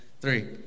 three